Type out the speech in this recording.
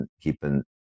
keeping